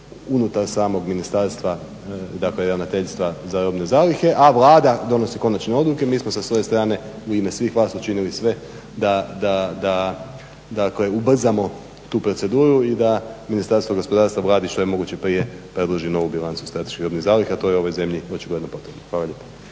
unutar samog ministarstva i dakle ravnateljstva za robne zalihe a Vlada donosi konačne odluke. Mi smo sa svoje strane u ime svih vas učinili sve da dakle ubrzamo tu proceduru i da Ministarstvo gospodarstva obradi što je moguće prije ovu predloženu bilancu strateških robnih zaliha. To je ovoj zemlji očigledno potrebno. Hvala lijepo.